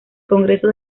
congreso